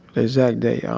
exact day. um